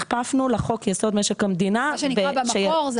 הכפפנו לחוק יסוד משק המדינה --- במקור זה